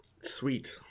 Sweet